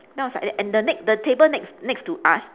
then I was like and the ne~ the table next next to us